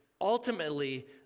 ultimately